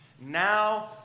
now